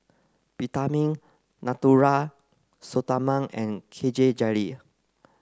Peptamen Natura Stoma and K J Jelly